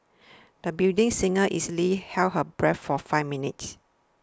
the budding singer easily held her breath for five minutes